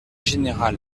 général